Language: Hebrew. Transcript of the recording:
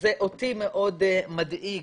שזה אותי מאוד מדאיג,